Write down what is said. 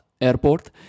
airport